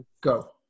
go